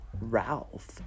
ralph